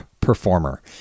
performer